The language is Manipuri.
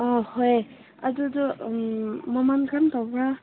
ꯑꯥ ꯍꯣꯏ ꯑꯗꯨꯗꯨ ꯃꯃꯟ ꯀꯔꯝ ꯇꯧꯕ꯭ꯔꯥ